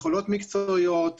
יכולות מקצועיות,